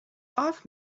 off